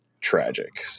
tragic